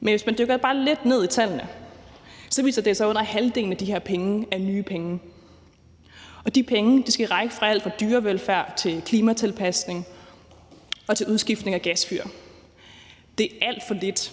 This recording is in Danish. men hvis man dykker bare lidt ned i tallene, viser det sig, at under halvdelen af de her penge er nye penge, og de penge skal række til alt fra dyrevelfærd, klimatilpasning og til udskiftning af gasfyr. Det er alt for lidt